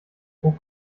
pro